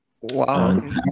Wow